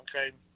okay